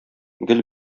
гел